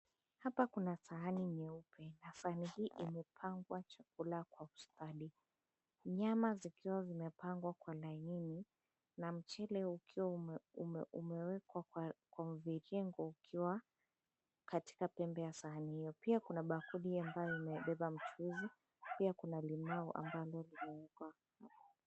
Hapa kuna sahani nyeupe, na sahani hii imepangwa chakula kwa ustadi. Nyama zikiwa zimepangwa kwa laini na mchele ukiwa umewekwa kwa kumvikengu ukiwa katika pembe ya sahani hiyo. Pia kuna bakuli ambayo imebeba mchuzi pia kuna limau ambalo limeekwa.